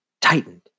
tightened